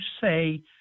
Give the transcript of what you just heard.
say